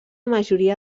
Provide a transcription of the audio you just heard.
majoria